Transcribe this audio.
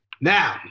Now